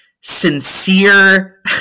sincere